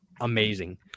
amazing